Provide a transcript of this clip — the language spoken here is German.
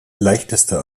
leichteste